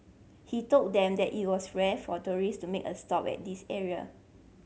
he told them that it was rare for tourist to make a stop at this area